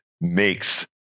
makes